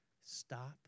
Stop